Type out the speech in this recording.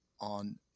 on